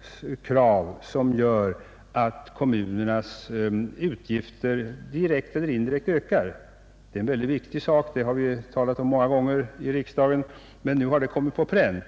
förskrifter som gör att kommunernas utgifter direkt eller indirekt ökar. Det är en viktig sak som vi många gånger tidigare talat om i riksdagen, men nu har den kommit på pränt.